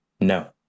no